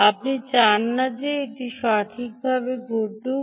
আপনি চান না যে এটি সঠিকভাবে ঘটুক